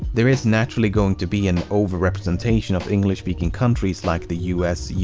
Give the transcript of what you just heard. there is naturally going to be an overrepresentation of english-speaking countries like the us, yeah